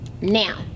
now